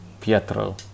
pietro